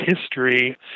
history